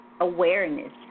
Awareness